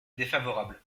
défavorable